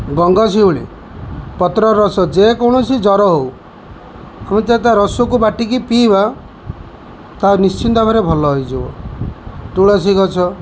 ଗଙ୍ଗିଶିଉଳି ପତ୍ର ରସ ଯେକୌଣସି ଜ୍ଵର ହେଉ ତା ରସକୁ ବାଟିକି ପିଇବ ତାହା ନିଶ୍ଚିନ୍ତ ଭାବରେ ଭଲ ହୋଇଯିବ ତୁଳସୀ ଗଛ